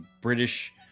British